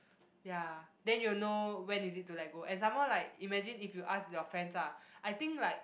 ya then you know when is it to let go and some more like imagine if you ask your friends ah I think like